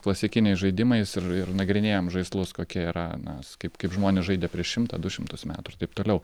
klasikiniais žaidimais ir ir nagrinėjam žaislus kokie yra na kaip kaip žmonės žaidė prieš šimtą du šimtus metų ir taip toliau